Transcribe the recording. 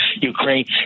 Ukraine